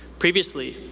previously,